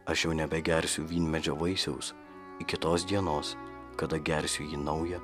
aš jau nebegersiu vynmedžio vaisiaus iki tos dienos kada gersiu jį naują